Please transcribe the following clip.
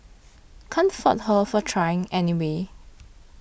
can't fault her for trying anyway